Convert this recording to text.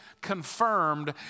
confirmed